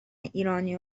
ایرانی